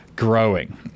Growing